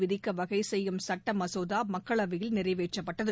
விதிக்க வகைசெய்யும் சட்ட மசோதா மக்களவையில் நிறைவேற்றப்பட்டது